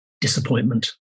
disappointment